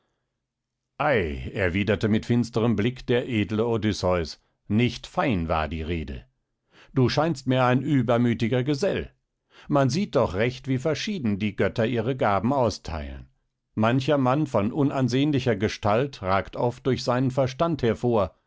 ei erwiderte mit finsterem blick der edle odysseus nicht fein war die rede du scheinst mir ein übermütiger gesell man sieht doch recht wie verschieden die götter ihre gaben austeilen mancher mann von unansehnlicher gestalt ragt oft durch seinen verstand hervor